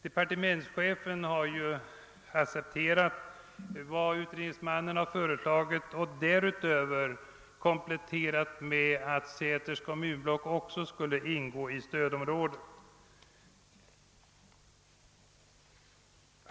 Departementschefen har ju accepterat vad utredningsmannen föreslagit och därutöver kompletterat förslaget med att låta Säters kommunblock ingå i stödområdet.